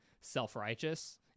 self-righteous